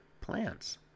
plants